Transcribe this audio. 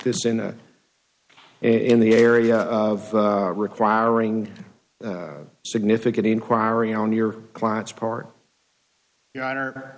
this in the in the area of requiring significant inquiry on your client's part your honor